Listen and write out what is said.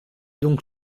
donc